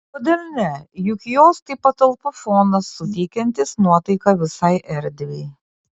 kodėl ne juk jos tai patalpų fonas suteikiantis nuotaiką visai erdvei